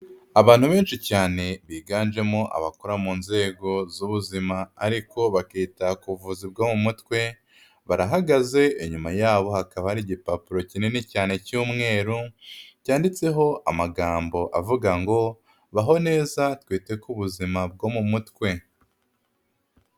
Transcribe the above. Abantu benshi cyane biganjemo abakora mu nzego z'ubuzima ariko bakita ku buvuzi bwo mu mutwe barahagaze inyuma yabo hakaba ari igipapuro kinini cyane cy'umweru, cyanditseho amagambo avuga ngo baho neza twete kuzima bwo mu mutwe.